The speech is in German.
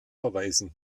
verweisen